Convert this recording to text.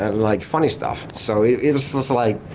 and like funny stuff. so it was just like,